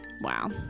wow